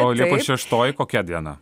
o liepos šeštoji kokia diena